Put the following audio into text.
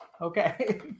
Okay